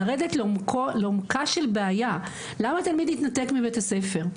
לרדת לעומקה של בעיה למה תלמיד התנתק מבית הספר.